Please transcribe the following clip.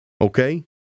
okay